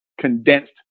condensed